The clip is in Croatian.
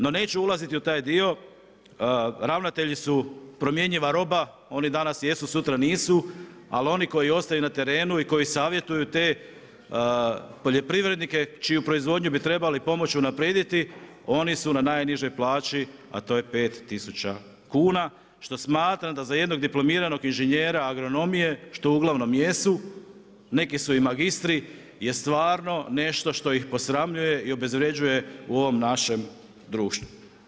No neću ulaziti u taj dio, ravnatelji su promjenjiva roba, oni danas jesu, sutra nisu, ali oni koji ostaju na terenu i koji savjetuju te poljoprivrednike čiju proizvodnju bi trebali pomoći unaprijediti, oni su na najnižoj plaći, a to je 5 tisuća kuna, što smatram da za jednog diplomiranog inženjera agronomije što uglavnom jesu, neki su i magistri je stvarno nešto što ih posramljuje i obezvređuje u ovom našem društvu.